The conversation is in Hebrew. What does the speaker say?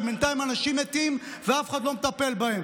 ובינתיים אנשים מתים ואף אחד לא מטפל בהם.